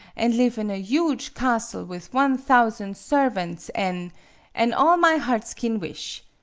an' live in a huge castle with one thousan' servants, an' an' all my hearts kin wish!